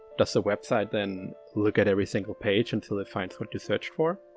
does the website then look at every single page until it finds what you searched for?